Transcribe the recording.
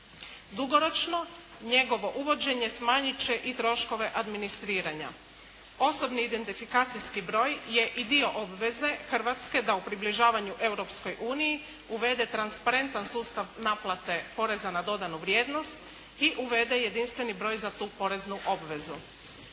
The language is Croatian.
Dugoročno njegovo uvođenje smanjiti će i troškove administriranja. Osobni identifikacijski broj je i dio obveze Hrvatske da u približavanju Europskoj uniji uvede transparentan sustav naplate poreza na dodanu vrijednost i uvede jedinstveni broj za tu poreznu obvezu.